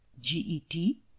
G-E-T